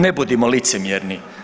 Ne budimo licemjerni.